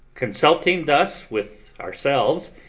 consulting thus with ourselves,